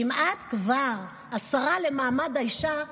אם את כבר השרה למעמד האישה,